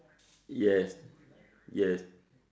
yes yes